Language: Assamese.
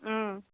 ওম